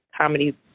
comedy